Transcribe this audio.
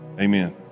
Amen